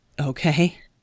Okay